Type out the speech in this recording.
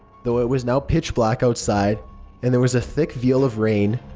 though it was now pitch black outside and there was a thick veil of rain,